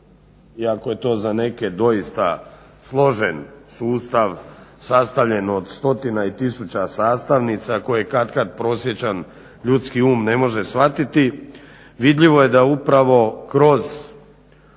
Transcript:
iako je to za neke doista složen sustav sastavljano od stotina i tisuća sastavnica koje katkad prosječan ljudski um ne može shvatiti. Vidljivo je da upravo kroz